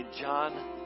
John